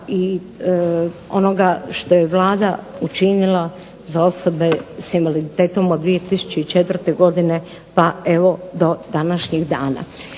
i onoga što je Vlada učinila za osobe za invaliditetom od 2004. godine pa evo do današnjih dana.